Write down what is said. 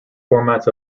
formats